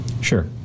Sure